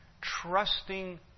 Trusting